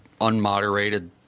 unmoderated